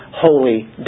holy